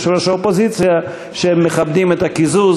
ויושב-ראש האופוזיציה שהם מכבדים את הקיזוז.